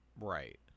Right